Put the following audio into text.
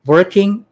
Working